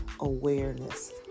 awareness